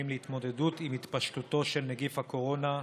להתמודדות עם התפשטותו של נגיף הקורונה: